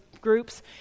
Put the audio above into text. groups